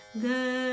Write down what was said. Good